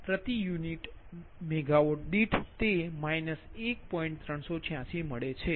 386 પ્રતિ unit megawatt છે